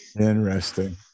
Interesting